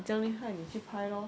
这样厉害你去拍 lor